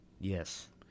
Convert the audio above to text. Yes